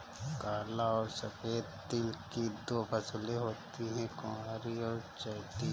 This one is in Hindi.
काला और सफेद तिल की दो फसलें होती है कुवारी और चैती